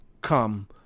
come